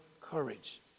courage